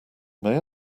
may